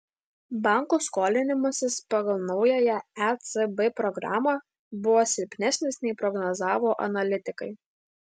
bankų skolinimasis pagal naująją ecb programą buvo silpnesnis nei prognozavo analitikai